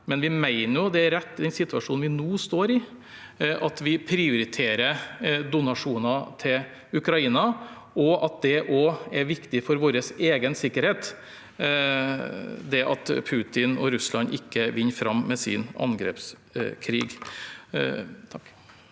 men vi mener det er rett i den situasjonen vi nå står i, at vi prioriterer donasjoner til Ukraina, og at det også er viktig for vår egen sikkerhet at Putin og Russland ikke vinner fram med sin angrepskrig. Hårek